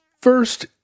first